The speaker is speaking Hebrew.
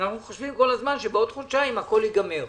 אנחנו חושבים כל הזמן שבעוד חודשיים הכול ייגמר.